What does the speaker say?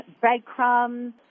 breadcrumbs